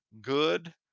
good